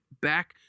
back